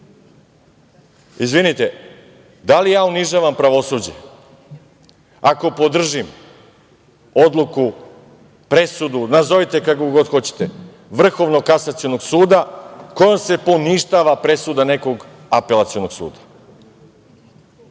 Izvinite, da li ja unižavam pravosuđe ako podržim odluku, presudu, nazovite kako god hoćete, Vrhovnog kasacionog suda kojim se poništava presuda nekog Apelacionog suda?